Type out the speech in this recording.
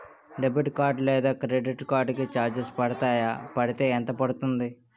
Debit card లేదా credit card కి charges పడతాయా? పడితే ఎంత పడుతుంది?